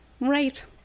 right